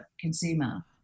consumer